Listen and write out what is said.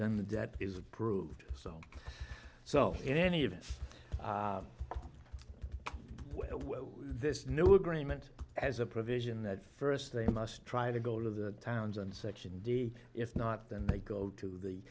then that is approved so so in any event what this new agreement has a provision that first they must try to go to the towns and section d if not then they go to the